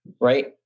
right